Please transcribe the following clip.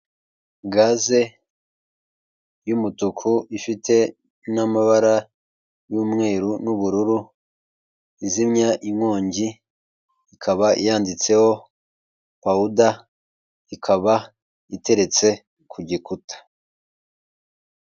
Gaze y'umutuku ifite n'amabara y'umweru n'ubururu, izimya inkongi. Ikaba yanditseho powuda, ikaba iteretse ku gikuta.